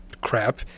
crap